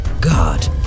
God